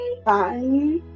Bye